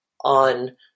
on